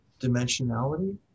dimensionality